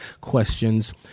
questions